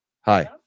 Hi